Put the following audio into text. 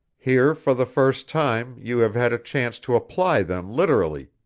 here for the first time you have had a chance to apply them literally,